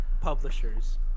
publishers